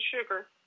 sugar